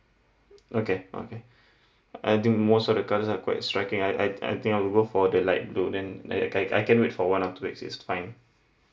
okay okay I think most of the colours are quite striking I I I think I will go for the light blue and and I I I can wait for one or two weeks it's fine